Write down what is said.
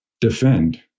defend